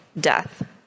death